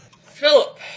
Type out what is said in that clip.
Philip